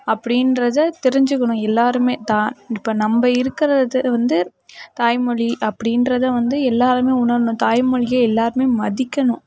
அப்படின்றத தெரிஞ்சிக்கணும் எல்லாருமே இப்போ நம்ம் இருக்கிறது வந்து தாய்மொழி அப்படின்றத வந்து எல்லாருமே உணரணும் தாய்மொழியை எல்லாருமே மதிக்கணும்